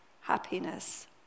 happiness